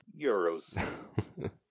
euros